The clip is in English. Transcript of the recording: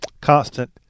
constant